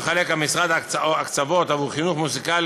המשרד גם מחלק הקצבות עבור חינוך מוזיקלי